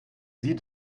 sie